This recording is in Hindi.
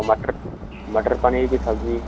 मटर मटर पनीर की सब्जी